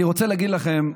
אני רוצה להגיד לכם,